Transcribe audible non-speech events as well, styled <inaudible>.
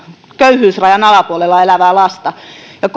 köyhyysrajan alapuolella elävää lasta ja <unintelligible>